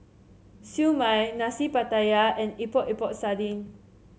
Siew Mai Nasi Pattaya and Epok Epok Sardin